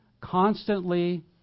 constantly